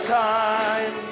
time